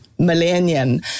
Millennium